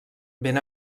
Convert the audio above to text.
ben